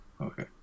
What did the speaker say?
Okay